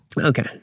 okay